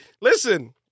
Listen